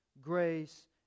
grace